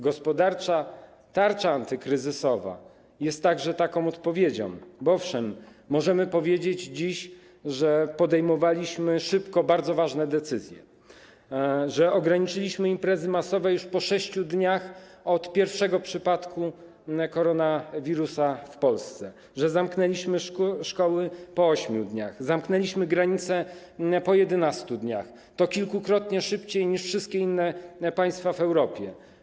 Gospodarcza tarcza antykryzysowa jest także taką odpowiedzią, bo owszem, możemy powiedzieć dziś, że podejmowaliśmy szybko bardzo ważne decyzje, że ograniczyliśmy imprezy masowe już po 6 dniach od pojawienia się pierwszego przypadku koronawirusa w Polsce, że zamknęliśmy szkoły po 8 dniach, zamknęliśmy granice po 11 dniach, kilkakrotnie szybciej niż wszystkie inne państwa w Europie.